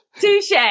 Touche